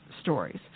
stories